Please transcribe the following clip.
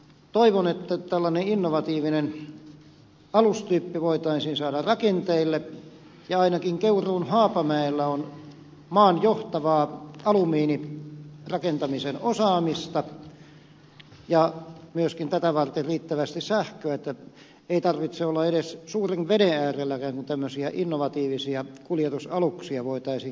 toivon että tällainen innovatiivinen alustyyppi voitaisiin saada rakenteille ja ainakin keuruun haapamäellä on maan johtavaa alumiinirakentamisen osaamista ja myöskin tätä varten riittävästi sähköä että ei tarvitse olla edes suuren veden äärelläkään kun tämmöisiä innovatiivisia kuljetusaluksia voitaisiin käydä rakentamaan